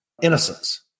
innocence